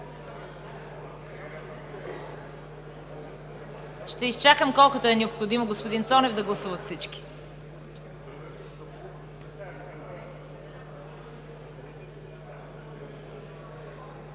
Ще изчакам колкото е необходимо, господин Цонев, за да гласуват всички.